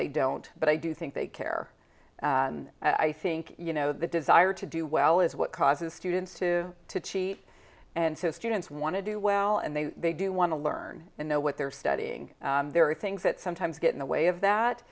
they don't but i do think they care i think you know the desire to do well is what causes students to to cheat and to students want to do well and they do want to learn and know what they're studying there are things that sometimes get in the way of that